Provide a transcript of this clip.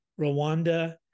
Rwanda